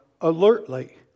alertly